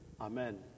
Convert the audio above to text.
Amen